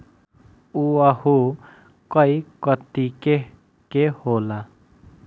उअहू कई कतीके के होला